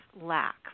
lack